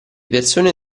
persone